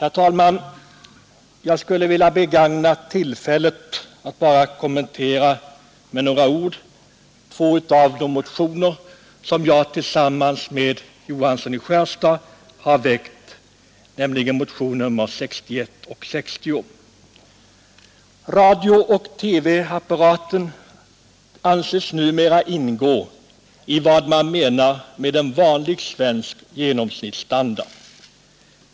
Sedan vill jag helt kort kommentera två av de motioner som jag har väckt tillsammans med herr Johansson i Skärstad, nämligen motionerna 60 och 61. Radiooch TV-apparater anses numera ingå i varje hem av s.k. svensk genomsnittsstandard.